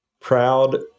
proud